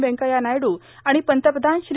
व्यंकव्या नायडू आणि पंतप्रधान श्री